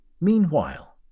Meanwhile